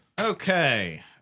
Okay